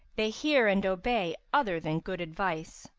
they hear and obey other than good advice.